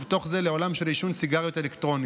ובתוך זה לעולם העישון של סיגריות אלקטרוניות.